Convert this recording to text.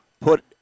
put